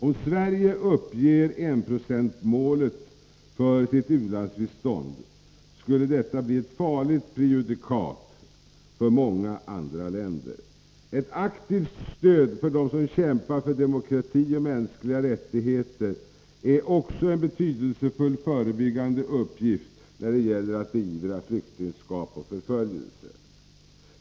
Om Sverige uppger enprocentsmålet för sitt u-landsbistånd skulle detta bli ett farligt prejudikat för många andra länder. Ett aktivt stöd till dem som kämpar för demokrati och mänskliga rättigheter är också en betydelsefull förebyggande uppgift när det gäller att beivra flyktingskap och förföljelse.